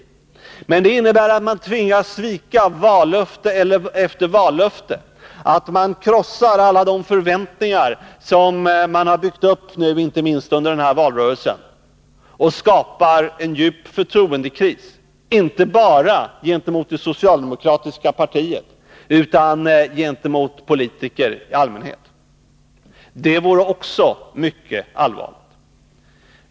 Men det innebär att man tvingas svika vallöfte efter vallöfte, att man krossar alla de förväntningar som byggts upp, inte minst under denna valrörelse. Man skapar därmed en djup förtroendekris inte bara gentemot det socialdemokratiska partiet utan gentemot politiker i allmänhet. Det vore också mycket allvarligt.